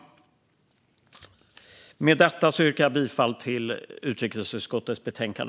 Jag yrkar bifall till utrikesutskottets förslag.